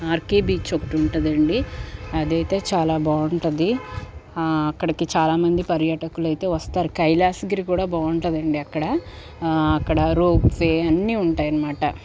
RK beach ఒకటి ఉంటుందండి అదయితే చాలా బాగుంటుంది అక్కడికి చాలామంది పర్యాటకులయితే వస్తారు కైలాసగిరి కూడా బాగుంటుందండి అక్కడ అక్కడ రోప్వే అన్నీ ఉంటాయనమాట